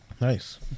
Nice